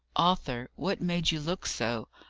arthur, what made you look so?